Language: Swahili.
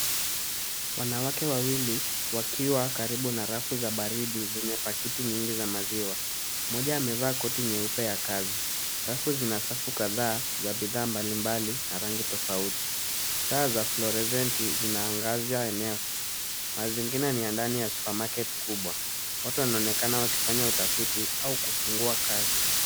Wanawake wawili wakiwa karibu na rafu za baridi zenye pakiti nyingi za maziwa. Mmoja amevaa koti nyeupe ya kazi. Rafu zina safu kadhaa za bidhaa mbalimbali na rangi tofauti. Taa za floresenti zinaangaza eneo. Mazingira ni ya ndani ya supermarket kubwa. Watu wanaonekana wakifanya utafiti au kufungua kazi.